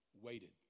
waited